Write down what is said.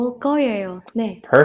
Perfect